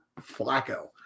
Flacco